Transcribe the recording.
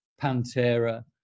Pantera